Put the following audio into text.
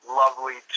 lovely